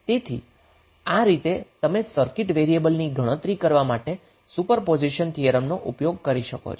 તેથી આ રીતે તમે સર્કિટ વેરિયેબલની ગણતરી કરવા માટે સુપરપોઝિશન થિયરમનો ઉપયોગ કરી શકો છો